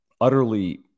utterly